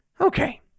Okay